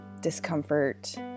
discomfort